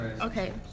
Okay